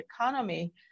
economy